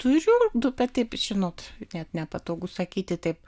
turiu du bet taip ir žinot net nepatogu sakyti taip